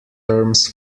terms